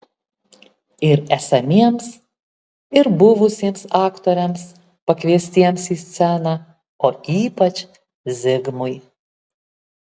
ir esamiems ir buvusiems aktoriams pakviestiems į sceną o ypač zigmui